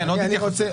עוד התייחסויות.